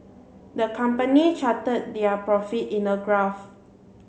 the company charted their profits in a graph